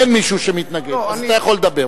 אין מישהו שמתנגד, אז אתה יכול לדבר.